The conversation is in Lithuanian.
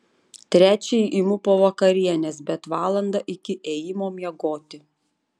trečiąjį imu po vakarienės bet valandą iki ėjimo miegoti